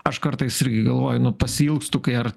aš kartais irgi galvoju nu pasiilgstu kai ar